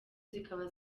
zikaba